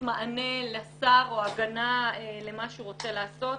מענה לשר או הגנה למה שהוא רוצה לעשות,